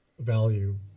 value